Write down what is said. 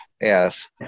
yes